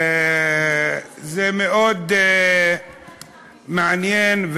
זה מאוד מעניין,